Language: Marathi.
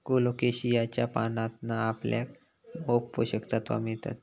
कोलोकेशियाच्या पानांतना आपल्याक मोप पोषक तत्त्वा मिळतत